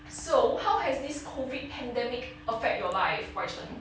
so how has this COVID pandemic affect your life wai chen